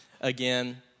again